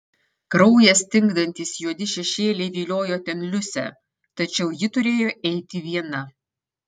kraują stingdantys juodi šešėliai viliojo ten liusę tačiau ji turėjo eiti viena